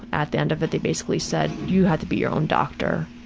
at the end of it, they basically said, you have to be your own doctor.